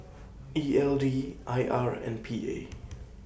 E L D I R and P A